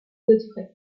godfrey